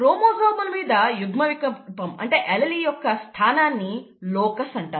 క్రోమోజోముల మీద యుగ్మ వికల్పంఎల్లీల్ యొక్క స్థానాన్ని లోకస్ అంటారు